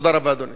תודה רבה, אדוני.